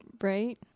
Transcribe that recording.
right